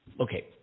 Okay